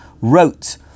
wrote